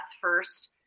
first